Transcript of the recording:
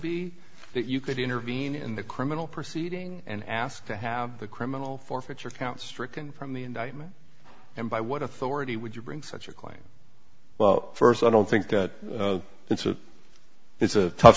be that you could intervene in the criminal proceeding and ask to have the criminal forfeiture account stricken from the indictment and by what authority would you bring such a claim well first i don't think that it's a it's a tough